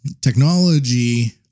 technology